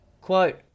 Quote